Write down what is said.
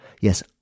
Yes